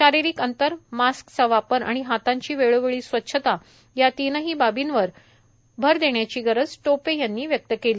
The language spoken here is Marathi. शारीरिक अंतर मास्कचा वापर आणि हातांची वेळोवेळी स्वच्छता या तीनही बाबींवर भर देण्याची गरज टोपे यांनी व्यक्त केली